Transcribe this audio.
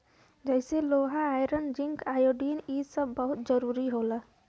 जइसे लोहा iron zinc iodine इ सब बहुत जरूरी होला